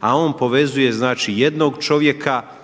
a on povezuje znači jednog čovjeka